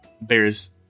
bears